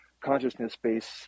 consciousness-based